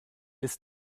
ist